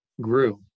grew